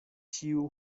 ĉiu